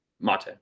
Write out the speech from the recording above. mate